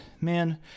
Man